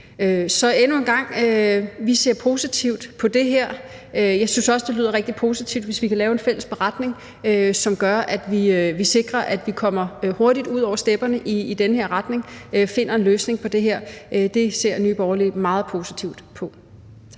Så endnu en gang: Vi ser positivt på det her. Jeg synes også, det lyder rigtig positivt, hvis vi kan lave en fælles beretning, som gør, at vi sikrer, at vi kommer hurtigt ud over stepperne i den her retning og finder en løsning på det. Det ser Nye Borgerlige meget positivt på.